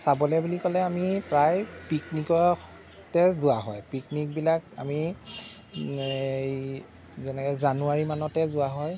চাবলৈ বুলি ক'লে আমি প্ৰায় পিকনিকতে যোৱা হয় পিকনিকবিলাক আমি এই যেনেকৈ জানুৱাৰীমানতে যোৱা হয়